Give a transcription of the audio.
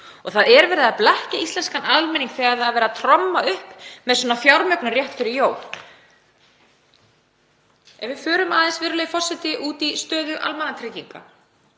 og það er verið að blekkja íslenskan almenning þegar það er verið tromma upp með svona fjármögnun rétt fyrir jól. Ef við förum aðeins, virðulegi forseti, út í stöðu almannatrygginga